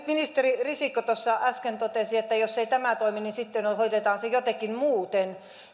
ministeri risikko äsken totesi että jos ei tämä toimi niin sitten hoidetaan se jotenkin muuten